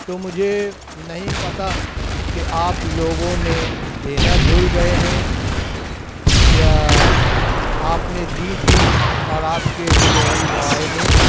تو مجھے نہیں پتا کہ آپ لوگوں نے دینا بھول گئے ہیں یا آپ نے دی تھی اور آپ کے ڈلیوری بوائے نے